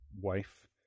wife